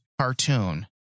cartoon